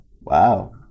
Wow